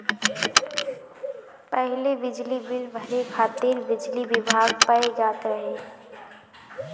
पहिले बिजली बिल भरे खातिर बिजली विभाग पअ जात रहे